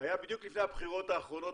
זה היה בדיוק לפני הבחירות האחרונות